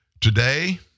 Today